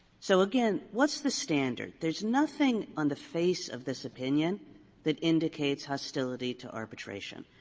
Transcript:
so, again, what's the standard? there's nothing on the face of this opinion that indicates hostility to arbitration.